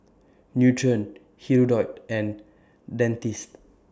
Nutren Hirudoid and Dentiste